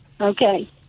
Okay